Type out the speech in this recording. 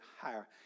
higher